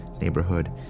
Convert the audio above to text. neighborhood